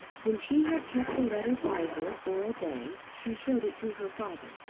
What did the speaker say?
when she had kept the letter by her for a day she showed it to her father,